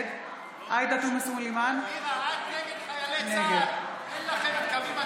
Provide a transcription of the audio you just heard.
נגד עאידה תומא סלימאן, נגד סגנית מזכירת הכנסת